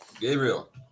Gabriel